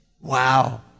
Wow